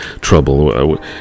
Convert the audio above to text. trouble